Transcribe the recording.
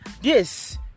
yes